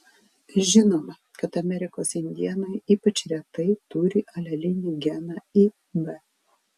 žinoma kad amerikos indėnai ypač retai turi alelinį geną ib